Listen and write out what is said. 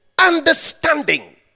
understanding